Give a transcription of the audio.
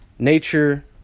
Nature